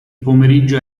pomeriggio